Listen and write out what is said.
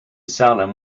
salem